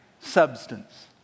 substance